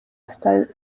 style